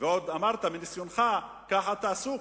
ועוד אמרת מניסיונך: ככה תעשו.